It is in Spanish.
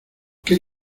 qué